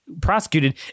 prosecuted